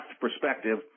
perspective